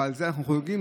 ועל זה אנחנו חוגגים.